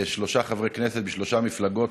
שלושה חברי כנסת בשלוש מפלגות,